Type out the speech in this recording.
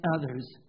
others